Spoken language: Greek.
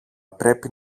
πρέπει